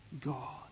God